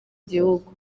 gihugu